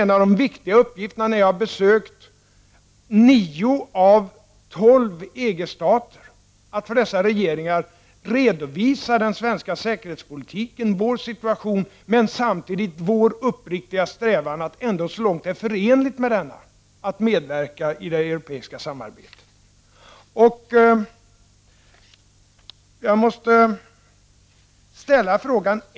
En av de viktiga uppgifterna när jag har besökt nio av tolv EG-stater har varit att för deras regeringar redovisa Sveriges situation och den svenska säkerhetspolitiken, men samtidigt vår uppriktiga strävan att ändå så långt det är förenligt med denna medverka i det europeiska samarbetet. Jag måste ställa en fråga.